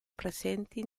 presenti